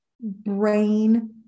brain